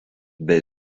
bei